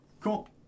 Cool